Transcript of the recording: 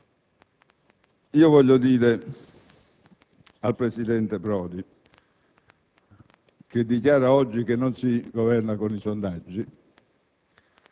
Io credo che queste cose vadano dette in chiaro. Come ho già detto voterò la finanziaria,